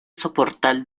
soportal